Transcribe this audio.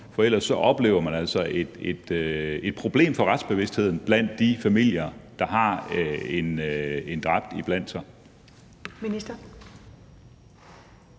For ellers oplever man altså et problem med retsbevidstheden blandt de familier, der har en dræbt